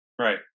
Right